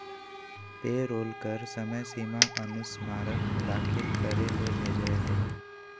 payroll कर समय सीमा अनुस्मारक दाखिल करे ले भेजय हइ